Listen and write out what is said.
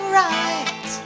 right